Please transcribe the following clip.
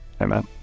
amen